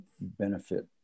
benefit